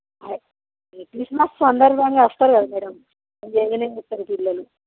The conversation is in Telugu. అదే క్రిస్మస్ సందర్భంగా వస్తారు కదా మేడం ఎంజాయ్గానే చేస్తారు పిల్లలు